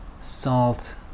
salt